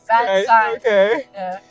Okay